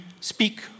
speak